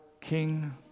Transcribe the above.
king